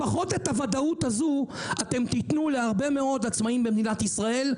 לפחות את הוודאות הזו אתם תיתנו להרבה מאוד עצמאים במדינת ישראל,